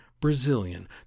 Brazilian